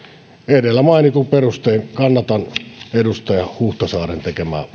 edellä mainituin perustein kannatan edustaja huhtasaaren tekemää